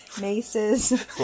Maces